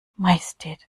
majestät